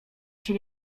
się